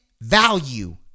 value